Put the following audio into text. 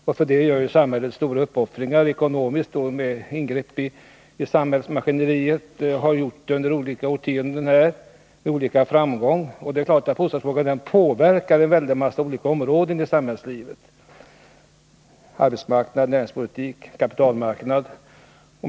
Samhället gör ju stora uppoffringar ekonomiskt, och det har också med skiftande framgång i flera årtionden gjorts ingrepp i samhällsmaskineriet. Det är klart att bostadsfrågan påverkar en stor mängd områden i samhällslivet: arbetsmarknaden, näringspolitiken och kapitalmarknaden.